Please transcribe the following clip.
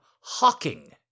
hawking